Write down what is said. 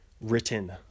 written